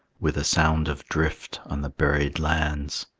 with a sound of drift on the buried lands,